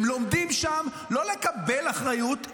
הם לומדים שם לא לקבל אחריות,